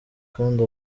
kandi